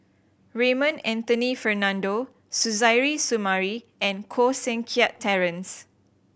Raymond Anthony Fernando Suzairhe Sumari and Koh Seng Kiat Terence